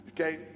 Okay